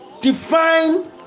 define